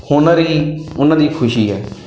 ਹੁਨਰ ਹੀ ਉਹਨਾਂ ਦੀ ਖੁਸ਼ੀ ਹੈ